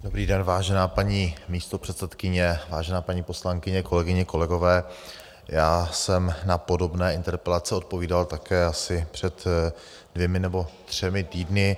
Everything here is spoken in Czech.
Dobrý den, vážená paní místopředsedkyně, vážená paní poslankyně, kolegyně, kolegové, já jsem na podobné interpelace odpovídal také asi před dvěma nebo třemi týdny.